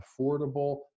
affordable